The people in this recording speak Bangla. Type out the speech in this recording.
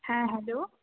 হ্যাঁ হ্যালো